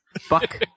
Fuck